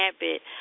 habit